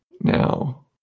Now